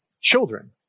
children